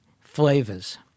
flavors